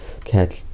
catch